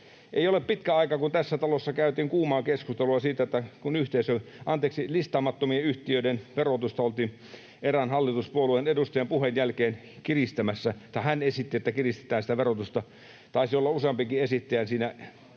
Ei ole pitkä aika, kun tässä talossa käytiin kuumaa keskustelua siitä, että kun listaamattomien yhtiöiden verotusta oltiin erään hallituspuolueen edustajan puheen jälkeen kiristämässä, tai hän esitti, että kiristetään sitä verotusta — taisi olla useampikin esittäjä siinä